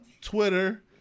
Twitter